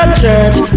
church